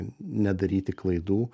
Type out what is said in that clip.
nedaryti klaidų